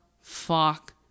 fuck